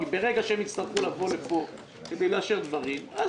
ברגע שהם יצטרכו לבוא לפה כדי לאשר דברים אז